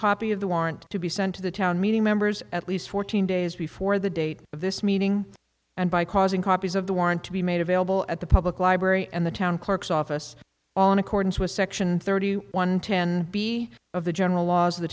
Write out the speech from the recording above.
copy of the warrant to be sent to the town meeting members at least fourteen days before the date of this meeting and by causing copies of the warrant to be made available at the public library and the town clerk's office all in accordance with section thirty one ten b of the general laws of the